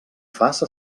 faça